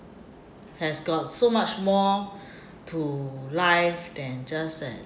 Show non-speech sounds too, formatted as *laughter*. it has got so much more *breath* to life than just that